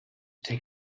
take